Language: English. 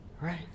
right